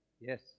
yes